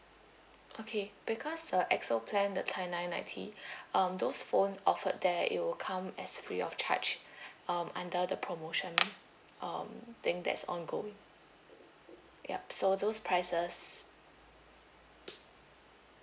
okay because the X O plan the thirty nine ninety um those phones offered there it will come as free of charge um under the promotion um thing that is ongoing ya so those prices